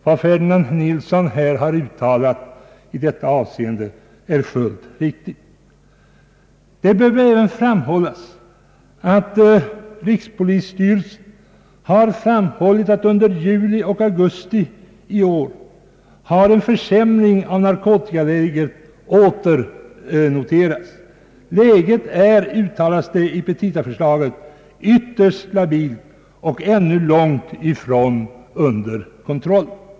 Vad Ferdinand Nilsson uttalat i detta avseende är fullt riktigt. Det bör även framhållas att rikspolisstyrelsen har påpekat att under juli och augusti i år en försämring av narkotikaläget åter har noterats. Läget är, uttalas det i petitaskrivelsen, ytterst labilt och ännu långt ifrån under kontroll.